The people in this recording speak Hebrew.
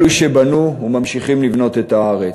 אלו שבנו וממשיכים לבנות את הארץ.